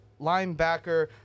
linebacker